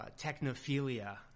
Technophilia